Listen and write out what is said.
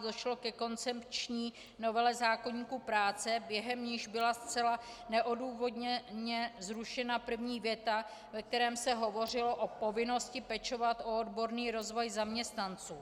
V roce 2012 došlo ke koncepční novele zákoníku práce, během níž byla zcela neodůvodněně zrušena první věta, ve které se hovořilo o povinnosti pečovat o odborný rozvoj zaměstnanců.